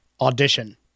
Audition